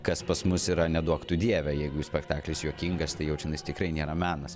kas pas mus yra neduok tu dieve jeigu spektaklis juokingas tai jaučiamės tikrai nėra menas